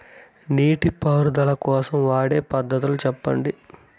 నీటి పారుదల కోసం వాడే పద్ధతులు సెప్పండి?